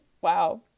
Wow